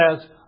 says